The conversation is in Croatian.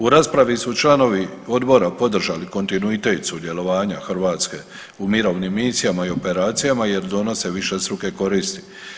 U raspravi su članovi Odbora podržali kontinuitet sudjelovanja Hrvatske u mirovnim misijama i operacijama jer donose višestruke koristi.